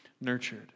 nurtured